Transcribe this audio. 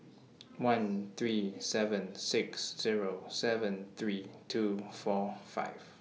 one three seven six Zero seven three two four five